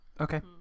Okay